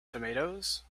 tomatoes